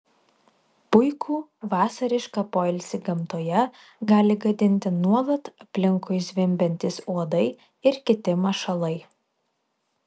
puikų vasarišką poilsį gamtoje gali gadinti nuolat aplinkui zvimbiantys uodai ir kiti mašalai